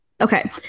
okay